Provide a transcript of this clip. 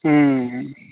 ওম